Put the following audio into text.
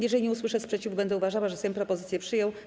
Jeżeli nie usłyszę sprzeciwu, będę uważała, że Sejm propozycję przyjął.